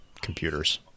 computers